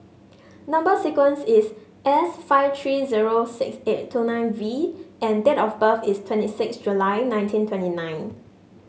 number sequence is S five three zero six eight two nine V and date of birth is twenty six July nineteen twenty nine